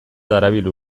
darabil